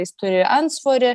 jis turi antsvorį